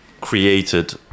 created